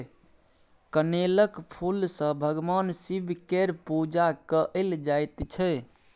कनेलक फुल सँ भगबान शिब केर पुजा कएल जाइत छै